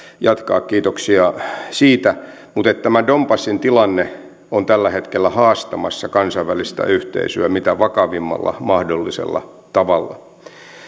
jatkaa kiitoksia siitä donbassin tilanne on tällä hetkellä haastamassa kansainvälistä yhteisöä mitä vakavimmalla mahdollisella tavalla